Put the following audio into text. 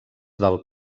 del